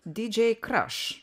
dydžei kraš